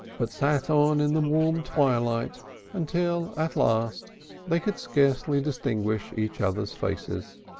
but sat on in the warm twilight until at last they could scarcely distinguish each other's faces.